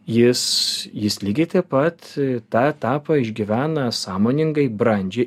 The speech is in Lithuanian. jis jis lygiai taip pat tą etapą išgyvena sąmoningai brandžiai